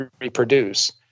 reproduce